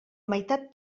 meitat